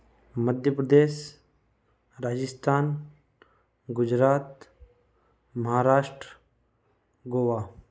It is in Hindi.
मध्य प्रदेश राजस्थान गुजरात महाराष्ट्र गोवा